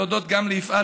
אני רוצה להודות גם ליפעת